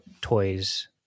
toys